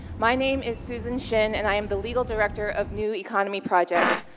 my name is susan shin and i am the legal director of new economy project,